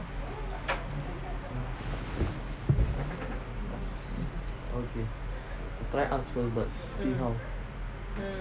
okay I try ask